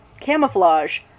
camouflage